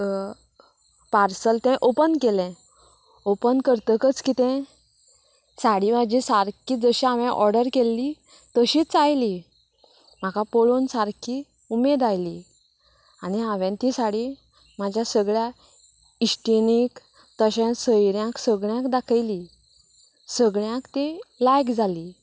parcel तें open केलें open करतगच कितें साडी म्हाजी सारकी जशी हांवेंन ऑर्डर केल्ली तशीच आयली म्हाका पळोवन सारकी उमेद आयली आनी हांवेन ती साडी म्हाज्या सगळ्यां इश्टिणींक तशें सोयऱ्यांक सगळ्यांक दाखयली सगळ्यांक ती लायक जाली